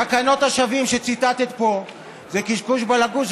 תקנות השבים שציטטת פה זה קשקוש בלבוש,